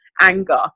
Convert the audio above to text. anger